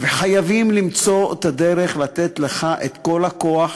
וחייבים למצוא את הדרך לתת לך את כל הכוח